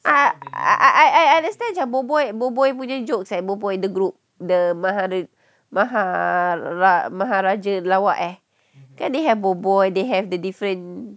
ah I I I understand macam boboi boboi punya jokes eh boboi the group the mahara~ mahara~ maharaja lawak eh kan they have boboi they have the different